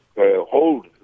hold